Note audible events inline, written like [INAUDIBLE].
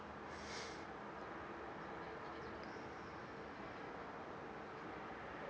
[BREATH]